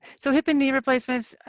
so hip and knee replacements.